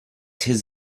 his